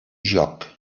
jóc